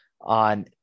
on